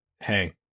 hey